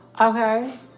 Okay